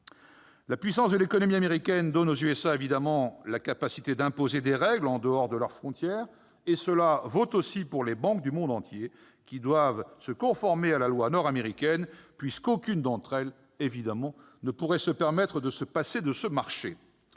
La puissance de l'économie américaine donne aux États-Unis la capacité d'imposer des règles en dehors de leurs frontières, et cela vaut aussi pour les banques du monde entier, qui doivent respecter la loi nord-américaine, puisqu'aucune d'entre elles ne pourrait se permettre de se passer de ce marché.